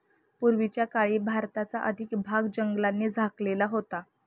पूर्वीच्या काळी भारताचा अधिक भाग जंगलांनी झाकलेला होता